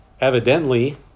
Evidently